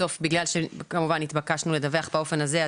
בסוף בגלל שהתבקשנו לדווח באופן הזה,